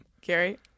Gary